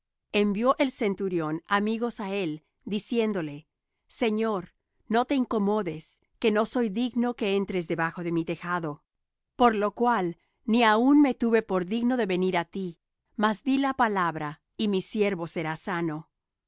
envió el centurión amigos á él diciéndole señor no te incomodes que no soy digno que entres debajo de mi tejado por lo cual ni aun me tuve por digno de venir á ti mas di la palabra y mi siervo será sano